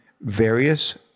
various